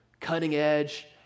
cutting-edge